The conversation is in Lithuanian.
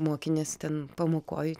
mokinės ten pamokoj